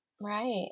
Right